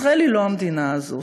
ישראל היא לא המדינה הזאת,